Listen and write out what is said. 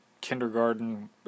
kindergarten